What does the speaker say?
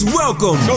welcome